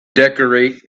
decorate